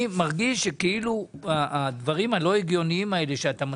אני מרגיש שהדברים הלא הגיוניים האלה שאתה מציג,